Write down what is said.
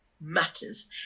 matters